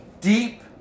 deep